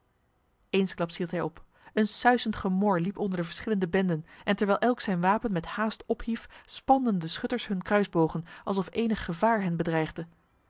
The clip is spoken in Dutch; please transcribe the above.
eensklaps hield hij op een suizend gemor liep onder de verschillende benden en terwijl elk zijn wapen met haast ophief spanden de schutters hun kruisbogen alsof enig gevaar hen bedreigde